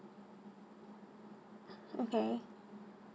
okay